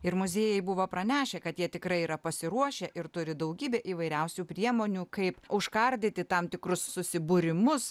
ir muziejai buvo pranešę kad jie tikrai yra pasiruošę ir turi daugybę įvairiausių priemonių kaip užkardyti tam tikrus susibūrimus